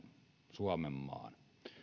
suomenmaan